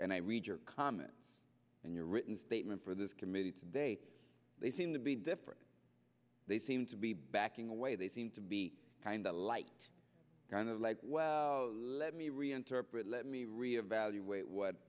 and i read your comments and your written statement for this committee today they seem to be different they seem to be backing away they seem to be kind of like kind of like well let me reinterpret let me reevaluate what